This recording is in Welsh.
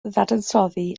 ddadansoddi